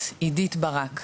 עידית ברק.